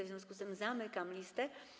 W związku z tym zamykam listę.